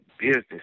business